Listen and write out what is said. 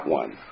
one